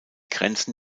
grenzen